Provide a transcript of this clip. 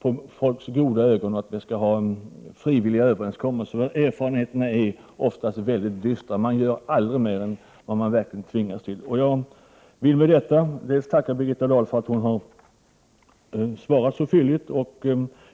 på folks goda vilja och på frivilliga överenskommelser. Erfarenheterna härav är oftast mycket dystra. Människorna gör aldrig mer än vad de verkligen tvingas till. Jag vill med det anförda tacka Birgitta Dahl för att hon har svarat så fylligt.